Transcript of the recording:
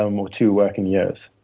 um or two working years.